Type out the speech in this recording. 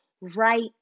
right